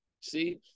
see